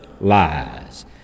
lies